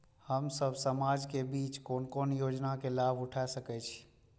हम सब समाज के बीच कोन कोन योजना के लाभ उठा सके छी?